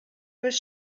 was